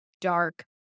dark